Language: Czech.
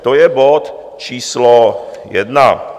To je bod číslo jedna.